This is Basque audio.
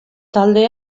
talde